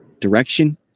direction